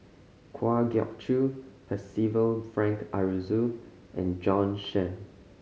Kwa Geok Choo Percival Frank Aroozoo and Jorn Shen